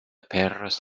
perros